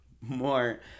more